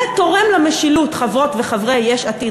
זה תורם למשילות, חברות וחברי יש עתיד.